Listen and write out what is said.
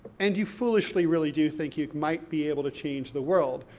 and you foolishly really do think you might be able to change the world.